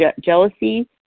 jealousy